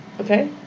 okay